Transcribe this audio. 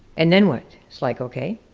and then what? it's like okay,